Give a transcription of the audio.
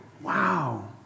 Wow